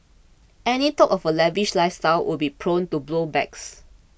any talk of her lavish lifestyle would be prone to blow backs